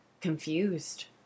confused